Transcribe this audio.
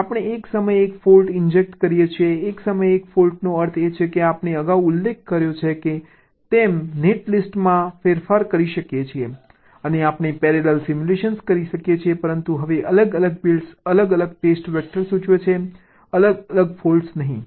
આપણે એક સમયે એક ફોલ્ટ ઇન્જેક્ટ કરીએ છીએ એક સમયે એક ફોલ્ટનો અર્થ છે કે આપણે અગાઉ ઉલ્લેખ કર્યો છે તેમ નેટલિસ્ટમાં ફેરફાર કરી શકીએ છીએ અને આપણે પેરેલલ સિમ્યુલેશન કરીએ છીએ પરંતુ હવે અલગ અલગ બિટ્સ અલગ અલગ ટેસ્ટ વેક્ટર સૂચવે છે અલગ અલગ ફોલ્ટ્સ નહીં